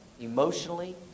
emotionally